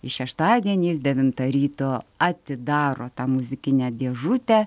i šeštadieniais devintą ryto atidaro tą muzikinę dėžutę